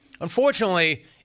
Unfortunately